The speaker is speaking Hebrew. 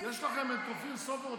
יש לכם את אופיר סופר,